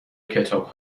کتاب